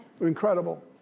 Incredible